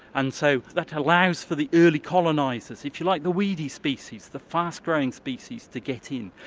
and so that allows for the early colonisers, if you like the weedy species, the fast growing species, to get in.